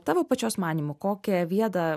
tavo pačios manymu kokią vietą